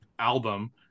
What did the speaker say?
album